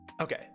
Okay